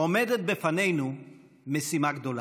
עומדת בפנינו משימה גדולה.